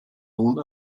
nun